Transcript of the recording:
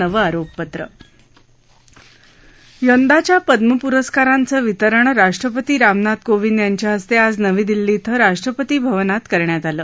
नवं आरोपपत्र यंदाच्या पद्म पुरस्कारांचं वितरण राष्ट्रपती रामनाथ कोविंद यांच्या हस्तआज नवी दिल्ली शे राष्ट्रपती भवनात करण्यात आलं